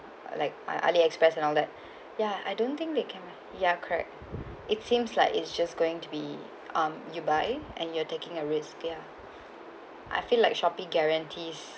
like uh ali express and all that ya I don't think they can ya correct it seems like it's just going to be um you buy and you are taking a risk yeah I feel like Shopee guarantees